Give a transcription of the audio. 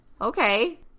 okay